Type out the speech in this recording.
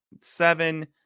seven